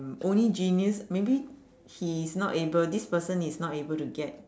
only genius maybe he is not able this person is not able to get